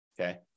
okay